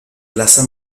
plaza